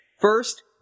First